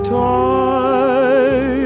time